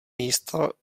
místa